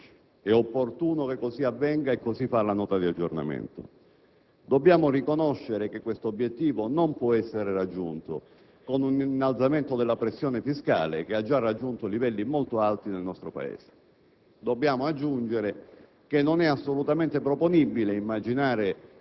un obiettivo di pareggio di bilancio per il termine di questa legislatura, per il 2011. È opportuno che così avvenga, e così fa la Nota di aggiornamento. Dobbiamo riconoscere che questo obiettivo non può essere raggiunto con un innalzamento della pressione fiscale, che ha già raggiunto livelli molto alti nel nostro Paese.